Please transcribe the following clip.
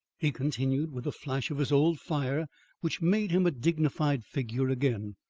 he continued, with a flash of his old fire which made him a dignified figure again,